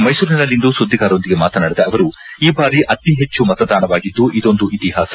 ಮೈಸೂರಿನಲ್ಲಿಂದು ಸುದ್ದಿಗಾರರೊಂದಿಗೆ ಮಾತನಾಡಿದ ಅವರು ಈ ಬಾರಿ ಅತಿ ಹೆಚ್ಚು ಮತದಾನವಾಗಿದ್ದು ಇದೊಂದು ಇತಿಹಾಸ